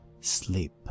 Sleep